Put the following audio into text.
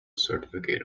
certificate